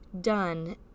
done